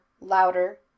louder